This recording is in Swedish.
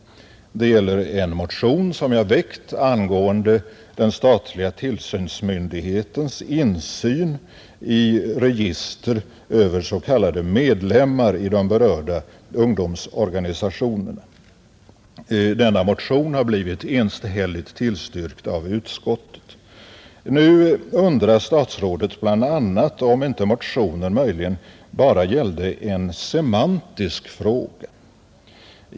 Det gäller en motion som jag väckt angående den statliga tillsynsmyndighetens insyn i register över s.k. medlemmar i de berörda ungdomsorganisationerna, Denna motion har blivit enhälligt tillstyrkt av utskottet. Nu undrar statsrådet bl.a. om inte motionen möjligen bara gällde en semantisk fråga.